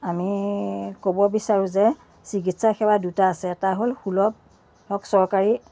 আমি ক'ব বিচাৰোঁ যে চিকিৎসা সেৱা দুটা আছে এটা হ'ল সুলভ ধৰক চৰকাৰী